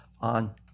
on